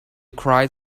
cried